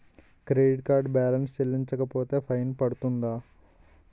Credit card balance చెల్లించకపోతే fine పడ్తుంద?